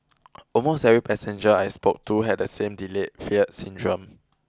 almost every passenger I spoke to had the same delayed fear syndrome